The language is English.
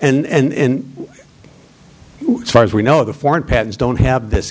and far as we know the foreign patents don't have this